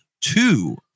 two